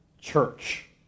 church